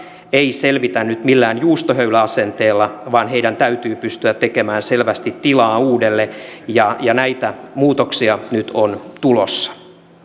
ei selvitä nyt millään juustohöyläasenteella vaan heidän täytyy pystyä tekemään selvästi tilaa uudelle ja ja näitä muutoksia nyt on tulossa